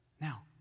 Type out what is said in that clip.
Now